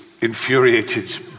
infuriated